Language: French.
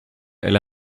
elle